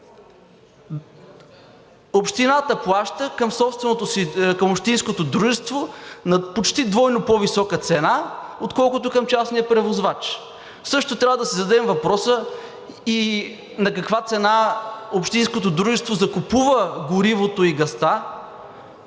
собственото си, към общинското дружество, на почти двойно по-висока цена, отколкото към частния превозвач. Също трябва да си зададем въпроса и на каква цена общинското дружество закупува горивото и газа